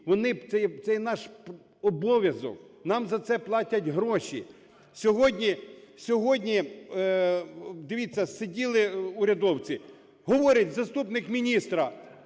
це є наш обов’язок, нам за це платять гроші. Сьогодні, дивіться, сиділи урядовці. Говорить заступник міністра.